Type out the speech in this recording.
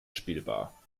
spielbar